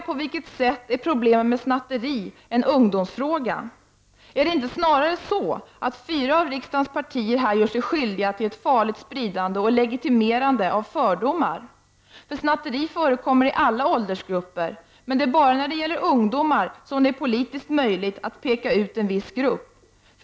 På vilket sätt är problemen med snatterier en ungdomsfråga? Är det inte snarare så att fyra av riksdagens partier här gör sig skyldiga till ett farligt spridande och legitimerande av fördomar? Snatteri förekommer inom alla åldersgrupper, men det är bara när det gäller ungdomar som det är politiskt möjligt att peka ut en viss grupp.